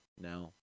now